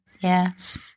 Yes